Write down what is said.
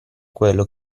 quello